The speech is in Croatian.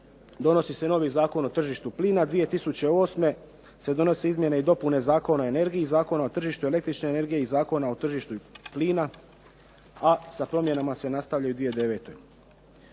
donosi se novi Zakon o tržištu plina. 2008. se donose izmjene i dopune Zakona o energiji, Zakona o tržištu električne energije i Zakona o tržištu plina a sa promjenama se nastavlja i u 2009.